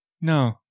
No